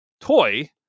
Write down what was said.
toy